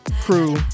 crew